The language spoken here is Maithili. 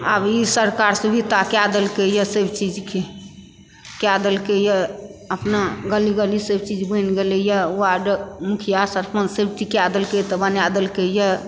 आब ई सरकार सुवित्ता कय दलकै यऽ सभ चीज के कय दलकै यऽ अपना गली गली सभ चीज बनि गेलै यऽ वार्ड मुखिया सरपञ्च सभ चीज कय दलकै तऽ बना दलकै यऽ